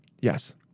Yes